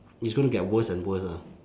it's going to get worse and worse ah